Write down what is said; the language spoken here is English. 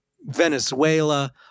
venezuela